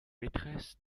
maîtresse